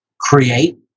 create